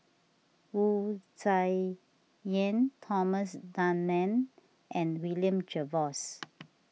Wu Tsai Yen Thomas Dunman and William Jervois